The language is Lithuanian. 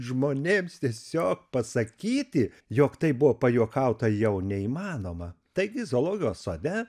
žmonėms tiesiog pasakyti jog tai buvo pajuokauta jau neįmanoma taigi zoologijos sode